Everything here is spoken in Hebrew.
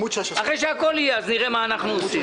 אחרי שהכול יהיה נראה מה אנחנו עושים.